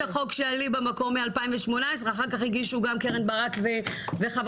החוק שלי במקור מ-2018 אחר כך הגישו גם קרן ברק וחברת